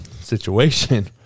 situation